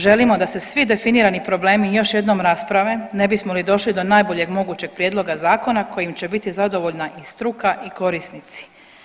Želimo da se svi definirani problemi još jedanput rasprave, ne bismo li došli do najboljeg mogućeg prijedloga zakona kojim će biti zadovoljna i struka i korisnici.